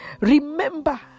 Remember